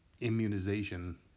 immunization